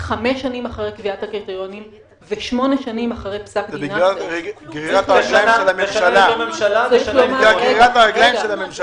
חמש שנים אחרי קביעת הקריטריונים ושמונה שנים אחרי פסק דין נאסר.